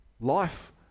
Life